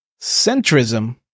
Centrism